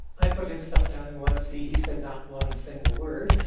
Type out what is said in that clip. i put his stuff down in one c, he said not one single word,